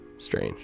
strange